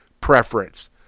preference